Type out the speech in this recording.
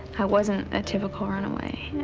i wasn't a typical runaway.